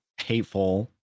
hateful